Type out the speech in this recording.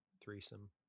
Threesome